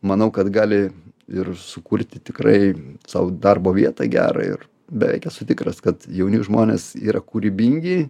manau kad gali ir sukurti tikrai sau darbo vietą gerą ir beveik esu tikras kad jauni žmonės yra kūrybingi